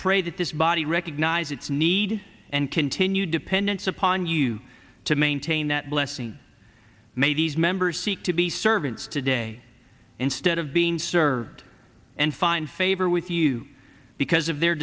pray that this body recognize its need and continue dependence upon you to maintain that blessing maybe as members seek to be servants today instead of being served and find favor with you because of their